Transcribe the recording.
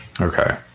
okay